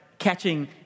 catching